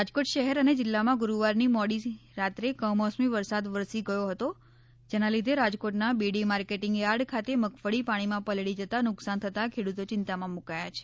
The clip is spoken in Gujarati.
રાજકોટ શહેર અને જિલ્લામાં ગુરૂવારની મોડી રાત્રે કમોસમી વરસાદ વરસી ગયો હતો જેના લીધે રાજકોટના બેડી માર્કેટિંગ યાર્ડ ખાતે મગફળી પાણીમાં પલળી જતા નુકસાન થતા ખેડૂતો ચિંતામાં મુકાયા છે